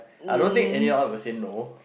I don't think any else will say no